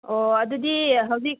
ꯑꯣ ꯑꯗꯨꯗꯤ ꯍꯧꯖꯤꯛ